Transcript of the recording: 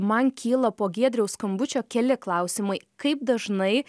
man kyla po giedriaus skambučio keli klausimai kaip dažnai